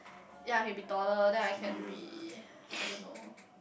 ya I can be taller then I can be I don't know